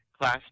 Class